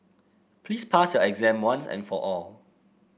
please pass your exam once and for all